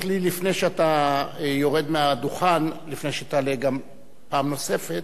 לפני שאתה יורד מהדוכן ולפני שתעלה פעם נוספת,